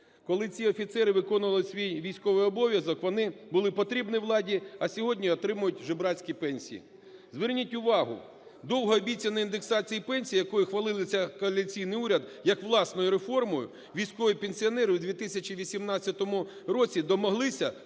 Коли ці офіцери виконували свій військовий обов'язок, вони були потрібні владі, а сьогодні отримують жебрацькі пенсії. Зверніть увагу, довгообіцяної індексації пенсій, якою хвалився коаліційний уряд як власною реформою, військові пенсіонери в 2018 році домоглися